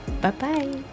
Bye-bye